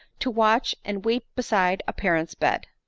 to watch, and weep, beside a parent's bed.